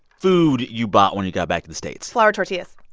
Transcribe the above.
food you bought when you got back to the states? flour tortillas